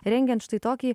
rengiant štai tokį